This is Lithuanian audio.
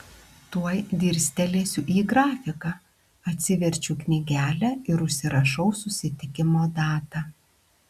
tuoj dirstelėsiu į grafiką atsiverčiu knygelę ir užsirašau susitikimo datą